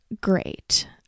great